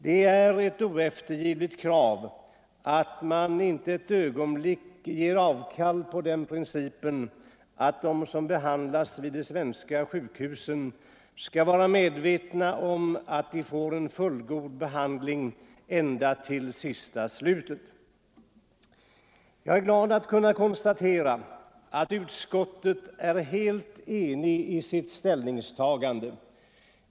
Det är ett oeftergivligt krav, och man får inte för ett ögonblick ge avkall på den principen, att de som behandlas på de svenska sjukhusen skall få fullgod behandling ända till sista slutet. Jag är glad att kunna konstatera att utskottet är enigt i sitt ställningstagande.